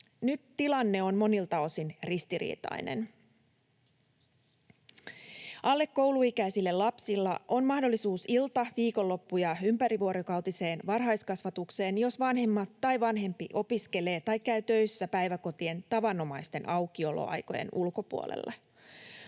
Nyt tilanne on monilta osin ristiriitainen. Alle kouluikäisillä lapsilla on mahdollisuus ilta‑, viikonloppu‑ ja ympärivuorokautiseen varhaiskasvatukseen, jos vanhemmat tai vanhempi opiskelee tai käy töissä päiväkotien tavanomaisten aukioloaikojen ulkopuolella.